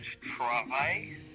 try